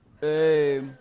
Hey